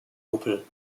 opel